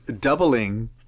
doubling